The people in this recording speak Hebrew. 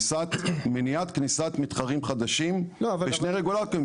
מניעת כניסת מתחרים חדשים בשני רגולטורים.